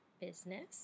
business